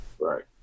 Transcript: Right